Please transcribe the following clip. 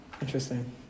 Interesting